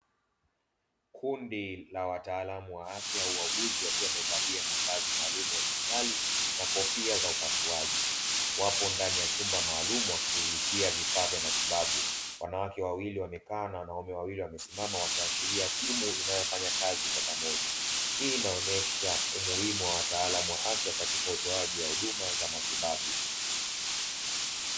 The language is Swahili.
Kundi la wataalamu wa afya au wauuguzi wakiwa wamevalia mavazi maalumu ya hospitali na kofia za upasuaji, wapo ndani ya chumba maalumu wakishughulikia vifaa vya matibabu. Wanawake wawili wamekaa na wanaume wawili wamesimama wakiashiria timu inayofanya kazi kwa pamoja, hii inaonesha umuhimu wa wataalamu wa afya katika utoaji wa huduma za matibabu.